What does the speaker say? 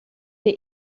der